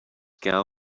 gal